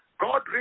God